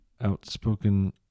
Outspoken